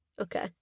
Okay